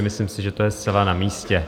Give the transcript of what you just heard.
Myslím si, že to je zcela namístě.